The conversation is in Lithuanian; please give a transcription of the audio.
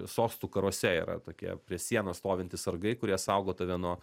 sostų karuose yra tokie prie sienos stovintys sargai kurie saugo tave nuo